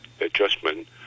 adjustment